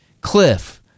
Cliff